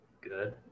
Good